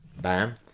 Bam